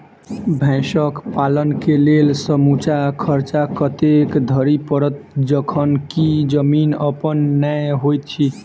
भैंसक पालन केँ लेल समूचा खर्चा कतेक धरि पड़त? जखन की जमीन अप्पन नै होइत छी